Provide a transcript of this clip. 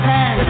Ten